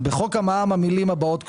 בחוק המע"מ המילים הבאות כתובות: